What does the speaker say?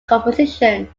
compositions